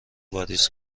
واریز